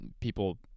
people